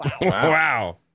Wow